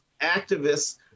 activists